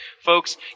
Folks